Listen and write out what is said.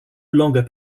longer